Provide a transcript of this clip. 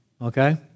okay